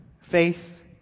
faith